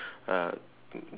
uh